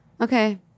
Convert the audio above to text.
Okay